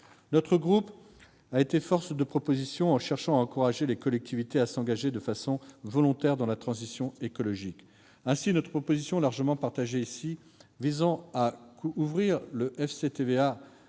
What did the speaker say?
Notre groupe a été force de propositions. Il a notamment cherché à encourager les collectivités à s'engager de façon volontaire dans la transition écologique. Ainsi notre proposition, largement partagée ici, visant à ouvrir le FCTVA